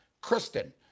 Kristen